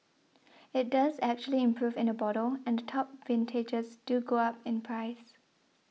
it does actually improve in the bottle and the top vintages do go up in price